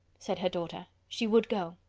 said her daughter, she would go.